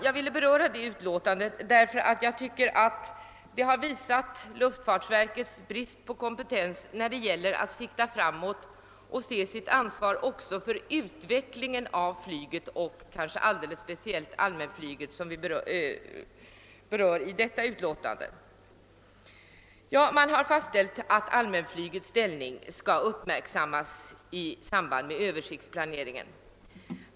Jag vill beröra det utlåtandet därför att jag tycker att det har visat luftfartsverkets brist på kompetens när det gäller att sikta framåt och se sitt ansvar också för utvecklingen av flyget och kanske alldeles speciellt allmänflyget som berörs i det utlåtande vi nu behandlar. Riksdagen har fastställt att allmänflygets ställning skall uppmärksammas i samband med översiktsplaneringen.